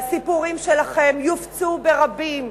והסיפורים שלכם יופצו ברבים,